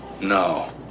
No